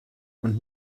und